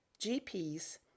GPs